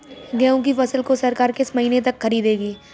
गेहूँ की फसल को सरकार किस महीने तक खरीदेगी?